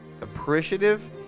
appreciative